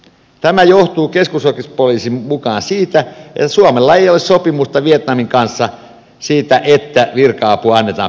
tämä johtuu keskusrikospoliisin mukaan siitä että suomella ei ole sopimusta vietnamin kanssa siitä että virka apua annetaan pyydettäessä